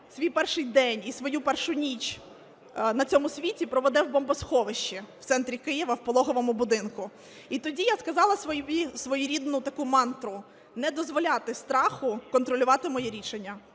свій перший день, і свою першу ніч на цьому світі проведе в бомбосховищі в центрі Києва в пологовому будинку. І тоді я сказала своєрідну таку мантру: не дозволяти страху контролювати мої рішення